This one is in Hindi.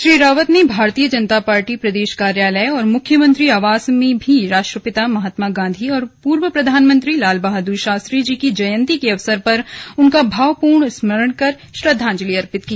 श्री रावत ने भारतीय जनता पार्टी प्रदेश कार्यालय और मुख्यमंत्री आवास में भी राष्ट्रपिता महात्मा गांधी और पूर्व प्रधानमंत्री लालबहादुर शास्त्री जी की जयंती के अवसर पर उनका भावपूर्ण स्मरण कर श्रद्वांजलि अर्पित की